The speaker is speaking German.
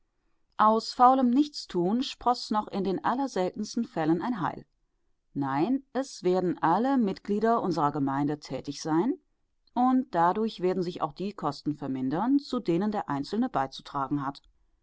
aus faulem nichtstun sproß noch in den allerseltensten fällen ein heil nein es werden alle mitglieder unserer gemeinde tätig sein und dadurch werden sich auch die kosten vermindern zu denen der einzelne beizutragen hat